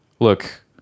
look